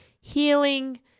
healing